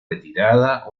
retirada